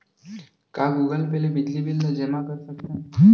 का Google Pay ले बिजली बिल ल जेमा कर सकथन?